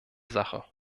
sache